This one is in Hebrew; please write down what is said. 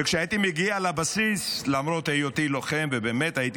וכשהייתי מגיע לבסיס, למרות היותי לוחם,